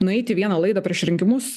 nueiti į vieną laidą prieš rinkimus